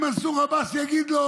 אם מנסור עבאס יגיד לו: